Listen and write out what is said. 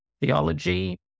theology